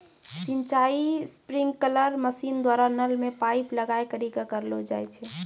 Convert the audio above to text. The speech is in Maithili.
सिंचाई स्प्रिंकलर मसीन द्वारा नल मे पाइप लगाय करि क करलो जाय छै